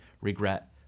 regret